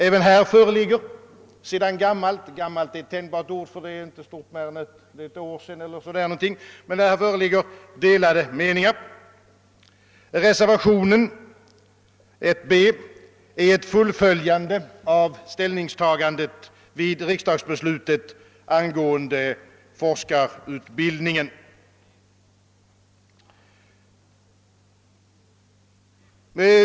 Även härvidlag föreligger sedan ett år till baka delade meningar. Reservationen 1 c innebär ett fullföljande av ställningstagandet vid riksdagens beslut angående forskarutbildningen.